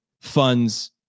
funds